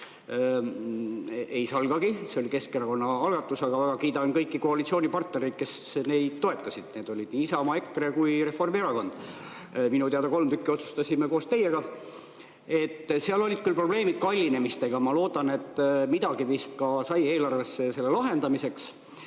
Ei salgagi, et see oli Keskerakonna algatus. Aga väga kiidan kõiki koalitsioonipartnereid, kes neid toetasid: Isamaa, EKRE kui ka Reformierakond. Minu teada kolm tükki otsustasime koos teiega. Seal olid küll probleemid kallinemistega. Ma loodan, et midagi vist ka sai eelarvesse ja selle lahendamiseks.